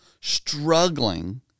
struggling